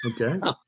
Okay